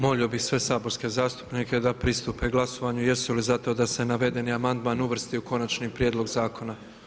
Molio bih sve saborske zastupnike da pristupe glasovanju, jesu li za to da se navedeni amandman uvrsti u Konačni prijedlog Zakona.